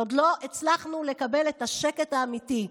עוד לא הצלחנו לקבל את השקט האמיתי.